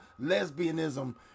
lesbianism